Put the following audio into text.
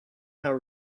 how